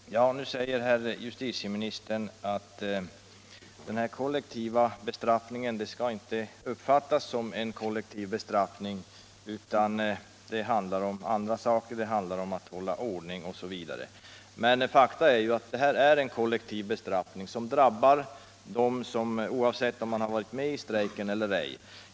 Herr talman! Nu säger herr justitieministern att den kollektiva bestraffningen inte skall uppfattas som en kollektiv bestraffning, utan att det handlar om andra saker — det handlar om att hålla ordning osv. Nr 38 Men faktum är att detta är en kollektiv bestraffning som drabbar alla, Torsdagen den oavsett om de deltagit i strejk eller ej.